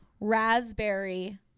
raspberry